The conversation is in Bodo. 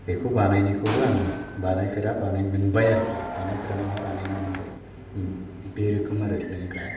बेखौ बानायनायखौबो आङो बानायफेरा मोनबाय आरोखि बानायफेरा बानायनो मोनबाय बे रोखोम आरो लोंग्रा